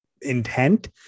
intent